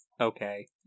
okay